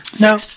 No